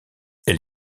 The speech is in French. elle